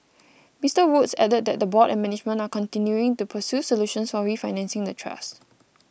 Mister Woods added that the board and management are continuing to pursue solutions for refinancing the trust